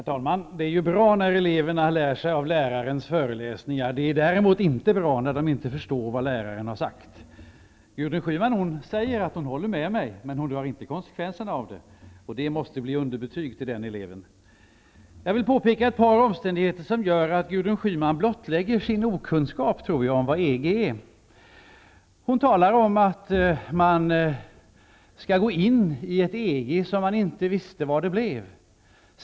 Herr talman! Det är bra när eleverna lär sig av lärarens föreläsningar. Det är däremot inte bra när de inte förstår vad läraren har sagt. Gudrun Schyman säger att hon håller med mig, men hon drar inte konsekvenserna av det, och det måste bli underbetyg till den eleven. Jag vill påpeka ett par omständigheter som gör att Gudrun Schyman blottlägger sin okunskap om vad EG är. Hon talar om att man skall gå in i ett EG som man inte visste vad det blev.